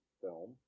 film